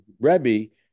Rebbe